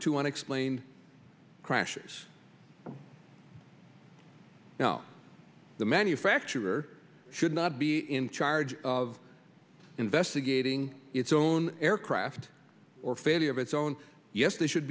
to explain crashes no the manufacturer should not be in charge of investigating its own aircraft or failure of its own yes they should